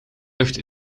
lucht